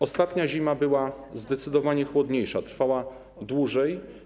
Ostatnia zima była zdecydowanie chłodniejsza, trwała dłużej.